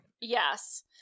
Yes